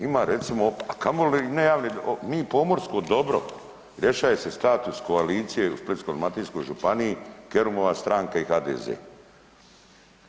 Ima recimo, a kamoli ne … [[ne razumije se]] mi pomorsko dobro rješava se status koalicije u Splitsko-dalmatinskoj županiji Kerumova stranka i HDZ-e.